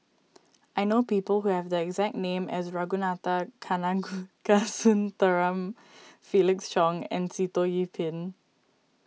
I know people who have the exact name as Ragunathar Kanagasuntheram Felix Cheong and Sitoh Yih Pin